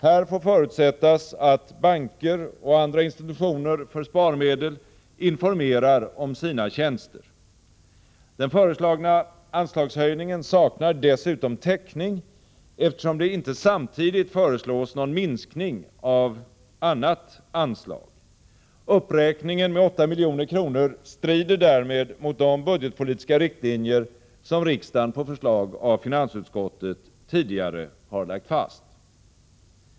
Här får förutsättas att banker och andra institutioner för sparmedel informerar om sina tjänster. Den föreslagna anslagshöjningen saknar dessutom täckning, eftersom det inte samtidigt föreslås någon minskning av annat anslag. Uppräkningen med 8 milj.kr. strider därmed mot de budgetpolitiska riktlinjer som riksdagen på förslag av finansutskottet tidigare har lagt fast.